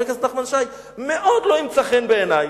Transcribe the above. הכנסת נחמן שי מאוד לא ימצא חן בעיני.